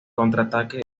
contraataque